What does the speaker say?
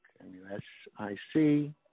M-U-S-I-C